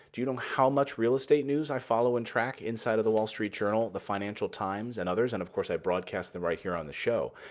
do you know how much real estate news i follow and track inside of the wall street journal, the financial times, and others? and, of course, i broadcast them right here on the show.